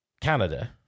Canada